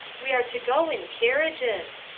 we are to go in carriages.